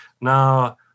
Now